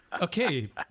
okay